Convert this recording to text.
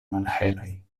malhelaj